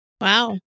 Wow